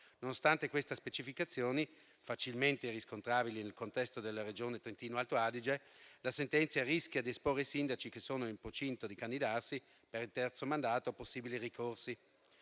Nonostante queste specificazioni, facilmente riscontrabili nel contesto della Regione Trentino-Alto Adige, la sentenza rischia di esporre i sindaci che sono in procinto di candidarsi per il terzo mandato a possibili ricorsi.